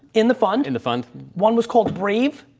in the fund and the fund one was called brave,